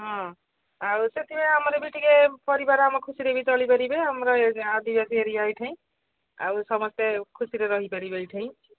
ହଁ ଆଉ ସେଥିପାଇଁ ଆମର ବି ଟିକେ ପରିବାର ଆମ ଖୁସିରେ ବି ଚଳିପାରିବେ ଆମର ଆଦିବାସୀ ଏରିଆ ଏଇଠି ଆଉ ସମସ୍ତେ ଖୁସିରେ ରହିପାରିବେ ଏଠି